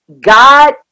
God